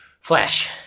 Flash